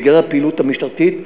בגלל הפעילות המשטרתית.